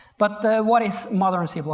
but what is modern c? but